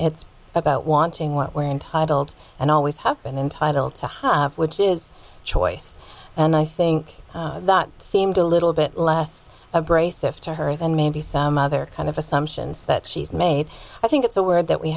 it's about wanting what we're entitled and always happened in title to high which is choice and i think that seemed a little bit less abrasive to her than maybe some other kind of assumptions that she's made i think it's a word that we